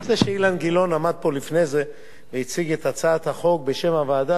זה שאילן גילאון עמד פה לפני זה והציג את הצעת החוק בשם הוועדה,